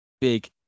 big